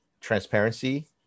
transparency